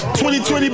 2020